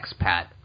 expat